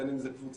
בין אם זה קבוצתי,